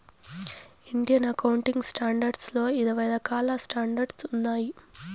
Indian accounting standards లో ఇరవై రకాల స్టాండర్డ్స్ ఉన్నాయి